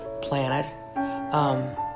planet